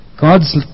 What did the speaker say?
God's